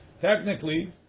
Technically